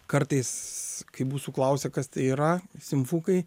kartais kai mūsų klausia kas tai yra simfukai